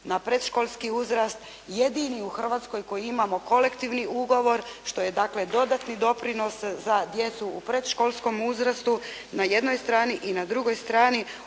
na predškolski uzrast jedini u Hrvatskoj koji imamo kolektivni ugovor što je dakle dodatni doprinos za djecu u predškolskom uzrastu na jednoj strani i na drugoj strani